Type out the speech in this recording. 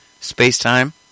space-time